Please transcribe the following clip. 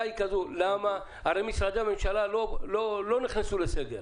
הרי משרדי הממשלה לא נכנסו לסגר,